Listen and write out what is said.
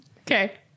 Okay